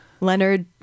Leonard